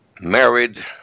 married